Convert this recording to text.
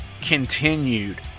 continued